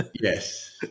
Yes